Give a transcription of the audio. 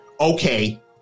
okay